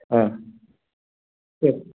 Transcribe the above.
ஆ சரி